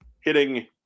hitting